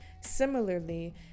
Similarly